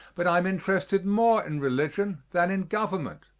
but i am interested more in religion than in government.